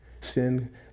Sin